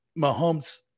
Mahomes